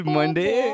Monday